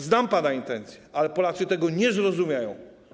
Znam pana intencje, ale Polacy tego nie zrozumieją.